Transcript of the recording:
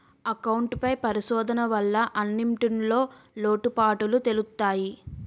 account పై పరిశోధన వల్ల అన్నింటిన్లో లోటుపాటులు తెలుత్తయి